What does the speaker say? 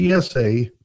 TSA